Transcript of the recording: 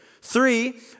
Three